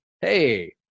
Hey